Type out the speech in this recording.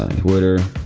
ah twitter.